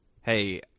hey